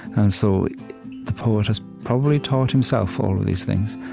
and so the poet has probably taught himself all of these things.